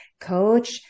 coach